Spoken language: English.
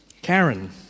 Karen